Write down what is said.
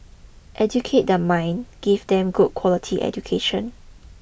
educate their mind give them good quality education